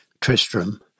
Tristram